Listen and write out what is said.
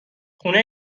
خونه